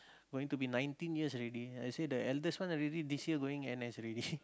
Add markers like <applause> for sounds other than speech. going to be nineteen years already I say the eldest one already this year going n_s already <laughs>